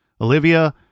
Olivia